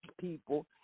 people